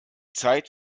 zeit